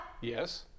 yes